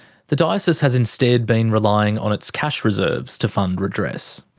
the diocese has instead been relying on its cash reserves to fund redress.